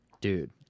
dude